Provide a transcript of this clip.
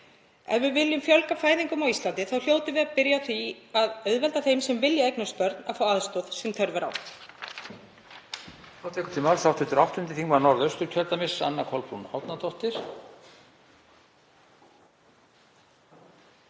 Ef við viljum fjölga fæðingum á Íslandi hljótum við að byrja á því að auðvelda þeim sem vilja eignast börn að fá aðstoð sem þörf er á.